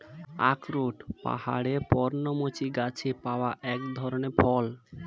আখরোট পাহাড়ের পর্ণমোচী গাছে পাওয়া এক ধরনের ফল